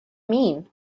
mean